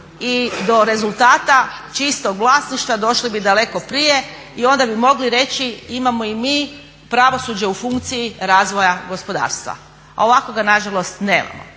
i do rezultata čistog vlasništva došli bi daleko prije i onda bi mogli reći imamo i mi pravosuđe u funkciji razvoja gospodarstva. A ovako ga nažalost nemamo.